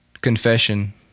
confession